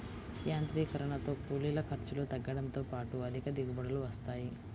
యాంత్రీకరణతో కూలీల ఖర్చులు తగ్గడంతో పాటు అధిక దిగుబడులు వస్తాయి